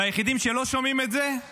היחידים שלא שומעים את זה הם הממשלה,